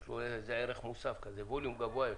יש כאן ערך מוסף, ווליום גבוה יותר,